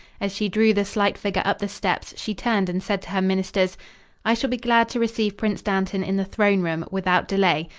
as she drew the slight figure up the steps she turned and said to her ministers i shall be glad to receive prince dantan in the throne-room, without delay.